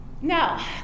Now